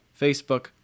Facebook